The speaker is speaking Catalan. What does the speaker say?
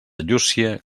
llúcia